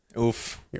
Oof